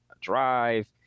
drive